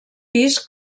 pis